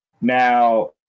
Now